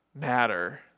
matter